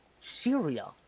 syria